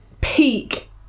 peak